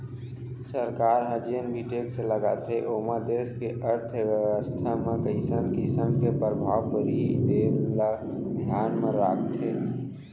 सरकार ह जेन भी टेक्स लगाथे ओमा देस के अर्थबेवस्था म कइसन किसम के परभाव परही तेन ल धियान म राखथे